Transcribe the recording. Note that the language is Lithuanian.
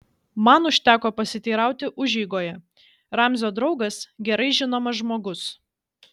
man užteko pasiteirauti užeigoje ramzio draugas gerai žinomas žmogus